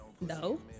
no